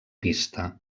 pista